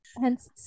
hence